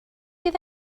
mynd